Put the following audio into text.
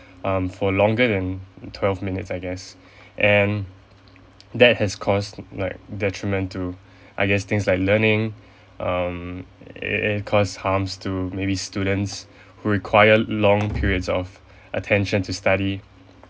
um for longer that twelve minutes I guess and that has caused like detriment to I guess things like learning um it cause harms to maybe students who require long periods of attention to study